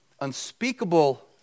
unspeakable